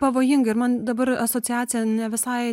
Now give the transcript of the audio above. pavojinga ir man dabar asociacija ne visai